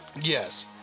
Yes